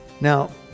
Now